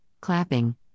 clapping